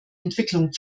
entwicklung